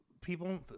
people